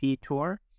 tour